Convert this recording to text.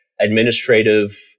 Administrative